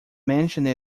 mentioned